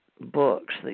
books